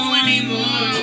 anymore